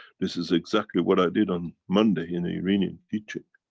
this is exactly, what i did on monday, in the iranian teaching.